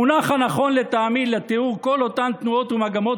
המונח הנכון לטעמי לתיאור כל אותן תנועות ומגמות